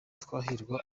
twahirwa